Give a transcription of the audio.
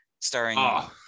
starring –